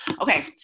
Okay